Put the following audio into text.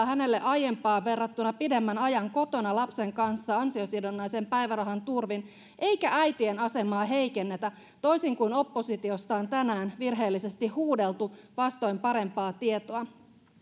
hänelle aiempaan verrattuna pidemmän ajan kotona lapsen kanssa ansiosidonnaisen päivärahan turvin eikä äitien asemaa heikennetä toisin kuin oppositiosta on tänään virheellisesti huudeltu vastoin parempaa tietoa